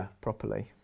properly